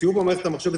סיור במערכת הממוחשבת,